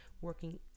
working